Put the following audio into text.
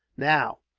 now,